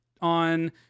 on